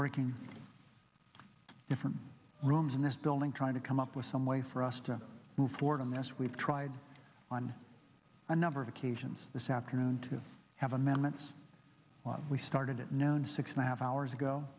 working different rooms in this building trying to come up with some way for us to move forward on this we've tried on a number of occasions this afternoon to have amendments we started it known six and a half hours ago